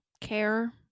care